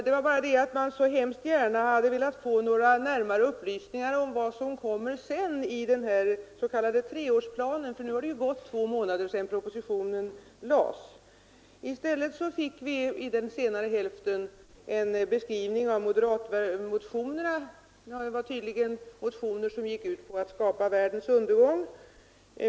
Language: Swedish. Men man skulle så hemskt gärna ha velat få några närmare upplysningar om vad som kommer senare i den s.k. treårsplanen, för nu har det ju gått två månader sedan propositionen framlades. I stället fick vi i den senare hälften av anförandet en beskrivning av moderatmotionerna: tydligen motioner som gick ut på att skapa världens undergång.